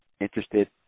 interested